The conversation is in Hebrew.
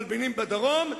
מלבינים בדרום,